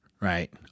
right